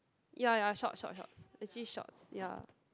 ya ya short short short actually shorts ya